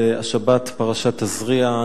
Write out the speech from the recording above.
השבת פרשת תזריע,